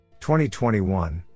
2021